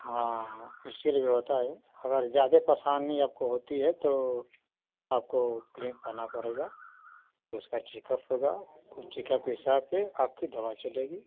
हाँ इसके लिए भी होता है अगर ज़्यादा परेशानी आपको होती है तो आपको क्लिनिक पे आना पड़ेगा उसका चेकअप होगा उस चेकअप के हिसाब से आपकी दवा चलेगी